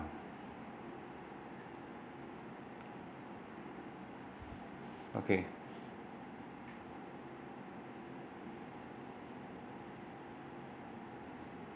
okay